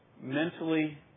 mentally